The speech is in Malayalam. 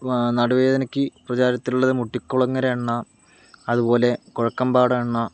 നടുവേദനക്ക് പ്രചാരത്തിലുള്ളത് മുട്ടിക്കുളങ്ങര എണ്ണ അതുപോലെ കുഴക്കംപാട് എണ്ണ